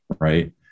right